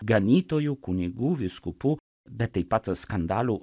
ganytojų kunigų vyskupų bet taip pat skandalų